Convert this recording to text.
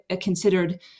considered